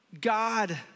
God